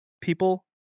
people